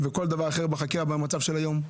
השר מייצג סיעה.